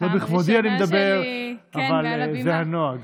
לא לכבודי אני מדבר, זה הנוהג.